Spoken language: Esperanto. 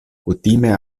kutime